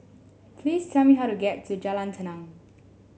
please tell me how to get to Jalan Tenang